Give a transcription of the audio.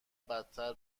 بدتر